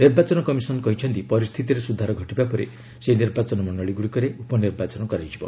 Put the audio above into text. ନିର୍ବାଚନ କମିଶନ କହିଛି ପରିସ୍ଥିତିରେ ସୁଧାର ଘଟିବା ପରେ ସେହି ନିର୍ବାଚନ ମଣ୍ଡଳୀଗୁଡ଼ିକରେ ଉପନିର୍ବାଚନ କରାଯିବ